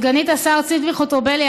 סגנית השר ציפי חוטובלי,